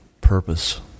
purpose